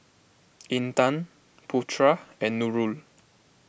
Intan Putra and Nurul